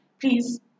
please